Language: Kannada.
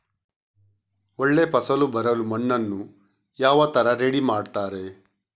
ಒಳ್ಳೆ ಫಸಲು ಬರಲು ಮಣ್ಣನ್ನು ಯಾವ ತರ ರೆಡಿ ಮಾಡ್ತಾರೆ?